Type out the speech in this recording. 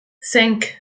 cinq